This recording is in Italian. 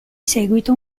seguito